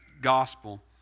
gospel